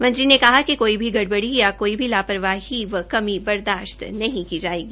उन्होंने कहा कि कोई भी गड़बड़ी या कोई भी लापरवाही व कमी बर्दाशत नहीं की जायेगी